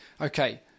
okay